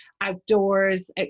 outdoors